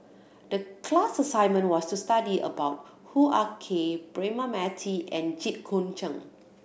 the class assignment was to study about Hoo Ah Kay Braema Mathi and Jit Koon Ch'ng